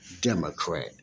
Democrat